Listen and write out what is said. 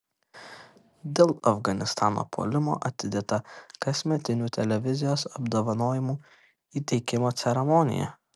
dėl afganistano puolimo atidėta kasmetinių televizijos apdovanojimų įteikimo ceremonija